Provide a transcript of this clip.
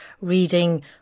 reading